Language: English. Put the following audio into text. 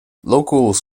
locals